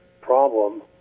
problem